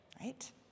right